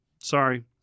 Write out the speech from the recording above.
Sorry